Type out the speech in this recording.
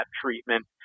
treatment